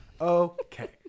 Okay